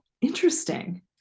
interesting